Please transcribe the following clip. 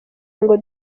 ngo